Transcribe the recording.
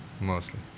mostly